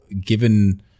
given